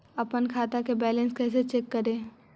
अपन खाता के बैलेंस कैसे चेक करे?